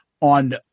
on